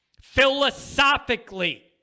philosophically